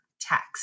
text